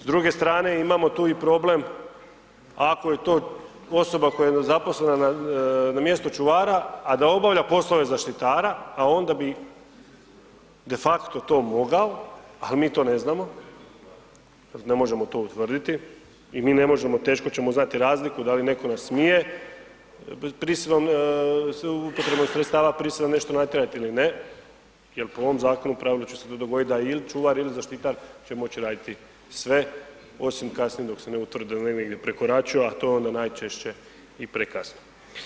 S druge strane imamo tu i problem ako je to osoba koja je zaposlena na mjesto čuvara, a da obavlja poslove zaštitara, a onda bi de facto to mogao, al mi to ne znamo, ne možemo to utvrditi i mi ne možemo, teško ćemo znati razliku da li netko nas smije prisilom, upotrebom sredstava prisile nešto natjerati ili ne jer po ovom zakonu pravno će se to dogodit da il čuvar, il zaštitar će moći raditi sve osim kasnije dok ne utvrdi da oni negdje prekoračuju, a to onda najčešće i prekasno.